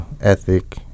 ethic